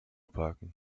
parken